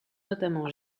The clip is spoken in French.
notamment